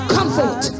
Comfort